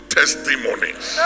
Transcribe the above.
testimonies